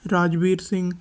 Rajveer Singh